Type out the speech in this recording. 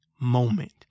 moment